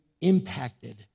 impacted